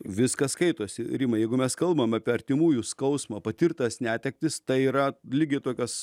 viskas skaitosi rimai jeigu mes kalbam apie artimųjų skausmą patirtas netektis tai yra lygiai tokios